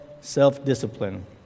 self-discipline